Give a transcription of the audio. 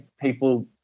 people